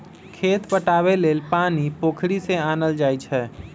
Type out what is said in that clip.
खेत पटाबे लेल पानी पोखरि से आनल जाई छै